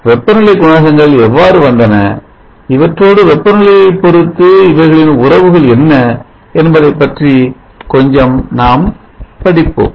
ஆகவே வெப்பநிலை குணகங்கள் எவ்வாறு வந்தன இவற்றோடு வெப்பநிலையைப் பொறுத்து இவைகளின் உறவுகள் என்ன என்பதைப் பற்றி கொஞ்சம் நாம் படிப்போம்